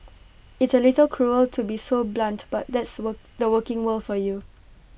it's A little cruel to be so blunt but that's the were the working world for you